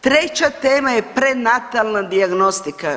Treća tema je prenatalna dijagnostika.